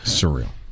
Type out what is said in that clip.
surreal